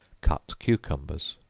cut cucumbers.